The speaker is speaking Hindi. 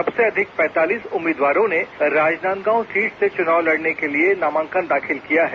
सबसे अधिक पैंतालीस उम्मीदवारों ने राजनांदगांव सीट से चुनाव लड़ने के लिए नामांकन दाखिल किया है